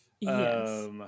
Yes